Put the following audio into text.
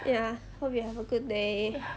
ya hope you have a good day